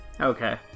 Okay